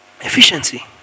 Efficiency